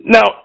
Now